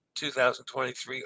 2023